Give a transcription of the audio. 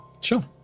Sure